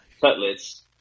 cutlets